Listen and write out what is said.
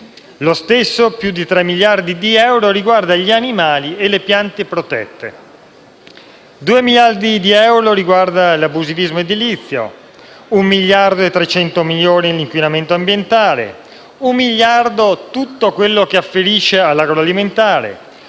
analogamente, più di 3 miliardi di euro riguardano gli animali e le piante protette; 2 miliardi di euro riguardano l'abusivismo edilizio; un miliardo e 300 milioni l'inquinamento ambientale; un miliardo di euro riguarda tutto quello che afferisce all'agroalimentare;